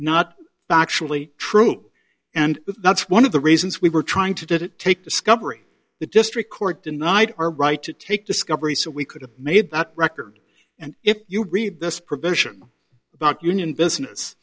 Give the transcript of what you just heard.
not factually true and that's one of the reasons we were trying to did it take discovery the district court denied our right to take discovery so we could have made that record and if you read this provision about union business